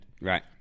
Right